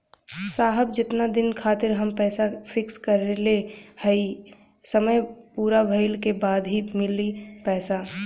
साहब जेतना दिन खातिर हम पैसा फिक्स करले हई समय पूरा भइले के बाद ही मिली पैसा?